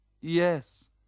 Yes